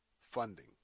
funding